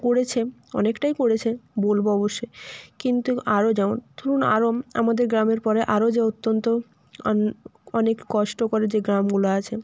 করেছে অনেকটাই করেছে বলবো অবশ্যই কিন্তু আরো যেমন ধরুন আরো আমাদের গ্রামের পরে আরো যে অত্যন্ত অনেক কষ্ট করে যে গ্রামগুলো আছে